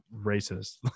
racist